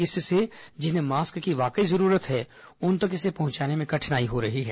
इससे जिन्हें मास्क की वाकई जरूरत है उन तक इसे पहुंचाने में कठिनाई हो रही है